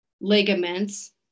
ligaments